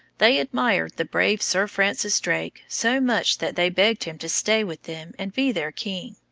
they admired the brave sir francis drake so much that they begged him to stay with them and be their king.